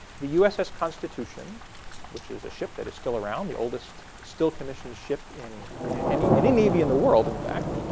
the uss constitution which is a ship that is still around, the oldest still-commissioned ship in any any navy in the world in fact,